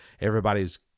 Everybody's